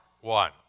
one